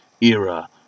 era